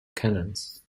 cannons